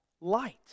light